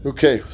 Okay